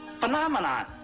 phenomenon